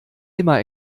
immer